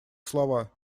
слова